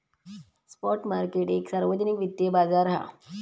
spot market एक सार्वजनिक वित्तिय बाजार हा